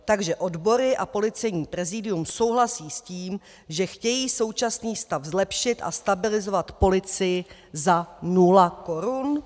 Takže odbory a Policejní prezidium souhlasí s tím, že chtějí současný stav zlepšit a stabilizovat policii za nula korun?